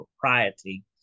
propriety